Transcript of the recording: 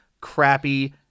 crappy